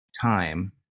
time